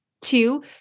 Two